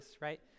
right